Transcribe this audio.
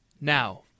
Now